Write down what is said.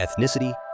ethnicity